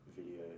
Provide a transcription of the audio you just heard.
video